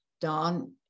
don